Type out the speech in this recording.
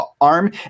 arm